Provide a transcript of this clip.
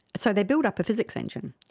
so they build up a physics engine,